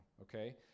okay